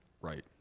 Right